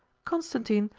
constantine,